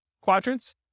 quadrants